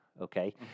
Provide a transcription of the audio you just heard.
Okay